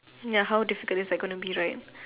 ya how difficult is like gonna be right